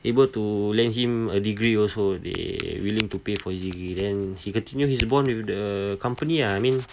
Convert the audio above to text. able to land him a degree also they willing to pay for your degree then he continue his bond with the company ah I mean